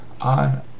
on